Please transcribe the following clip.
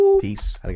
Peace